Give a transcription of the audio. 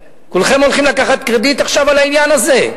כולכם הולכים לקחת קרדיט עכשיו על העניין הזה?